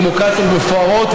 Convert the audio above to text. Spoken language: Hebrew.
דמוקרטיות מפוארות,